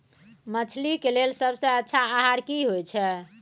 मछली के लेल सबसे अच्छा आहार की होय छै?